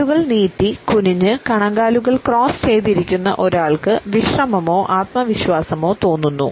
കാലുകൾ നീട്ടി കുനിഞ്ഞ് കണങ്കാലുകൾ ക്രോസ് ചെയ്തു ഇരിക്കുന്ന ഒരാൾക്ക് വിശ്രമമോ ആത്മവിശ്വാസമോ തോന്നുന്നു